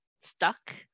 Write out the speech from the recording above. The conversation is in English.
stuck